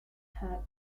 her